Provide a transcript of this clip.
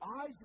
eyes